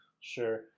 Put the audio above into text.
Sure